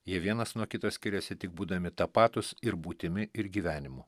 jie vienas nuo kito skiriasi tik būdami tapatūs ir būtimi ir gyvenimu